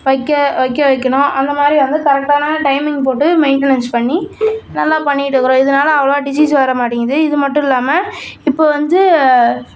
வக்க வக்க வைக்கணும் அந்த மாதிரி வந்து கரெக்டான டைமிங் போட்டு மெயின்டெனன்ஸ் பண்ணி நல்லா பண்ணிட்ருக்கிறோம் இதனால் அவ்ளோவாக டிசீஸ் வரமாட்டேங்குது இது மட்டும் இல்லாமல் இப்போது வந்து